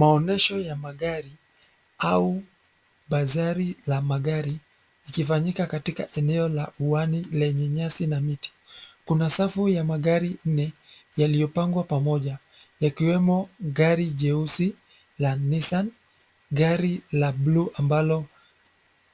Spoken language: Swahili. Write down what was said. Maonyesho ya magari au bazari la magari ikifanyika katika eneo la uani lenye nyasi na miti, kuna safu ya gari nne yaliyopangwa pamoja yakiwemo gari jeusi la Nissan, gari la bluu ambalo